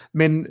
men